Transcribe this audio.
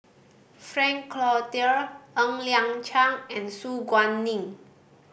Frank Cloutier Ng Liang Chiang and Su Guaning